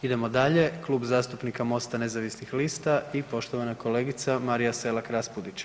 Idemo dalje, Klub zastupnika Mosta nezavisnih lista i poštovana kolegica Marija Selak Raspudić.